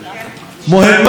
להלן תרגומם: